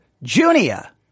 junia